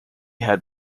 had